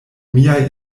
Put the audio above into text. miaj